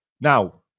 now